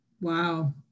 Wow